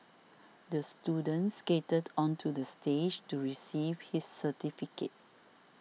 the student skated onto the stage to receive his certificate